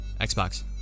Xbox